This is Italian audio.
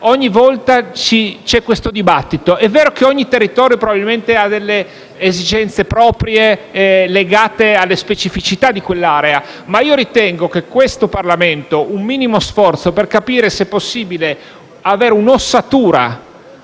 ogni volta c'è questo dibattito. È vero che ogni territorio probabilmente ha delle esigenze proprie, legate alle specificità di quell'area. Ma io ritengo che il Parlamento debba fare uno sforzo per capire se sia possibile avere un ossatura,